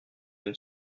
une